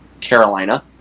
Carolina